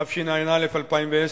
התשע"א 2010,